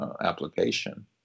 application